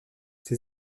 ses